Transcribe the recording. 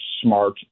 smart